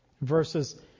verses